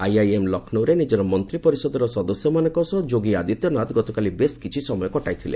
IIM ଲକ୍ଷ୍ମୌରେ ନିଜର ମନ୍ତ୍ରିପରିଷଦର ସଦସ୍ୟମାନଙ୍କ ସହ ଯୋଗୀ ଆଦିତ୍ୟନାଥ ଗତକାଲି ବେଶ୍ କିଛିସମୟ କଟାଇଥିଲେ